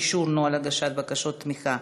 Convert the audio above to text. אישור נוהל הגשת בקשות תמיכה),